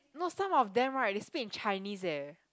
no some of them right they speak in Chinese eh